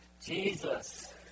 Jesus